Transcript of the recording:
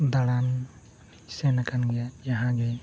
ᱫᱟᱬᱟᱱ ᱥᱮᱱ ᱟᱠᱟᱱ ᱜᱮᱭᱟ ᱡᱟᱦᱟᱸ ᱜᱮ